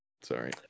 Sorry